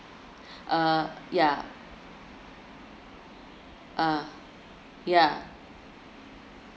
uh yeah uh yeah